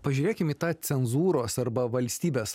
pažiūrėkim į tą cenzūros arba valstybės